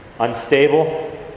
Unstable